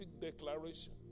declaration